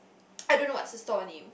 I don't know what's the stall name